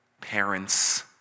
Parents